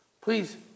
Please